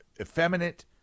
effeminate